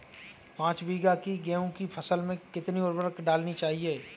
पाँच बीघा की गेहूँ की फसल में कितनी उर्वरक डालनी चाहिए?